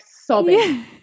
sobbing